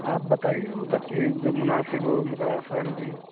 آپ بتائیے مطلب کہ جو مناسب ہو مطلب آسان بھی ہو